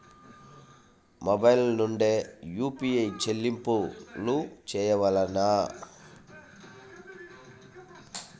Mobile నుండే UPI చెల్లింపులు చేయవలెనా?